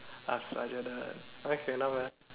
okay not bad